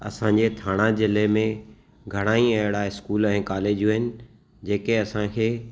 असांजे ठाणा जिले में घणा ई एहिड़ा स्कूल ऐं कॉलेजियूं आहिनि जेके असांखे